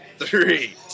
three